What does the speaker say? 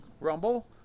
rumble